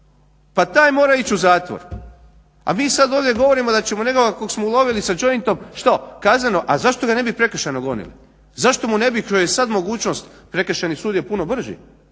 Pa taj mora ići u zatvor. A mi sad ovdje govorimo da ćemo nekoga kog smo ulovili sa jointom, što? Kazneno. A zašto ga ne bi prekršajno gonili? Zašto mu ne bi koja je sad mogućnost, prekršajni sud je puno brži